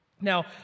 Now